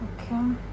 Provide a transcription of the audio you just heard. Okay